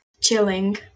chilling